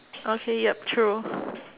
okay yup true